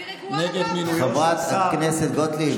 אין בי שום כעס,